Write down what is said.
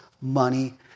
money